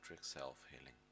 self-healing